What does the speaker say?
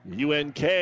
UNK